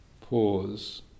Pause